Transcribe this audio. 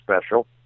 special